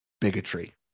bigotry